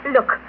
Look